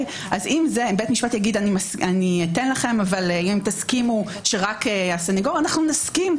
אם בית המשפט יגיד: אתן לכם אבל אם תסכימו שרק הסנגור נסכים.